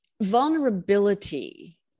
vulnerability